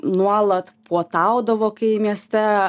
nuolat puotaudavo kai mieste